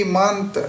month